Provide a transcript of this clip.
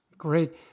Great